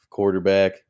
quarterback